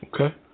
Okay